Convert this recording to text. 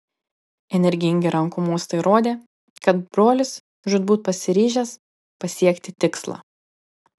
energingi rankų mostai rodė kad brolis žūtbūt pasiryžęs pasiekti tikslą